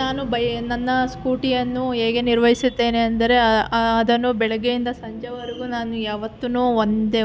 ನಾನು ಬೈ ನನ್ನ ಸ್ಕೂಟಿಯನ್ನು ಹೇಗೆ ನಿರ್ವಹಿಸುತ್ತೇನೆ ಎಂದರೆ ಅದನ್ನು ಬೆಳಗ್ಗೆಯಿಂದ ಸಂಜೆವರೆಗೂ ನಾನು ಯಾವತ್ತುನೂ ಒಂದೇ